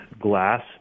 glass